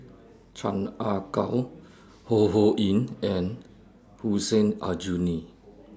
Chan Ah Kow Ho Ho Ying and Hussein Aljunie